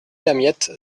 damiette